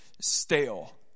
stale